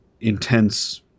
intense